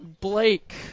Blake